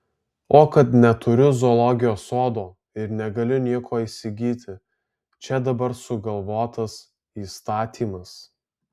o kad neturiu zoologijos sodo ir negaliu nieko įsigyti čia dabar sugalvotas įstatymas